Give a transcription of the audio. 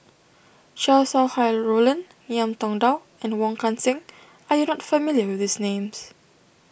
Chow Sau Hai Roland Ngiam Tong Dow and Wong Kan Seng are you not familiar with these names